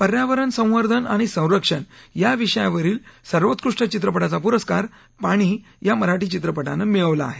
पर्यावरण संवर्धन आणि संरक्षण या विषयावरील सर्वोत्कृष्ट चित्रपटाचा पुरस्कार पाणी या मराठी चित्रपटानं मिळवला आहे